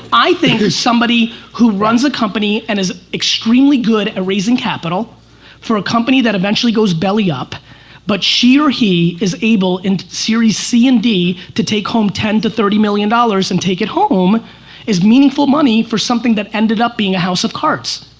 i think somebody who runs a company and is extremely good at raising capital for a company that eventually goes belly up but she or he is able in series c and d to take home ten to thirty million dollars and take it home is meaningful money for something that ended up being a house of cards.